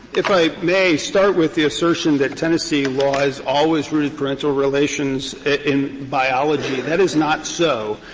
if i may start with the assertion that tennessee law has always rooted parental relations in biology, that is not so.